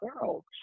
girls